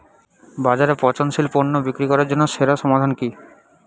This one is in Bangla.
বাজারে পচনশীল পণ্য বিক্রি করার জন্য সেরা সমাধান কি?